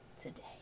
today